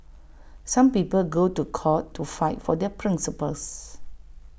some people go to court to fight for their principles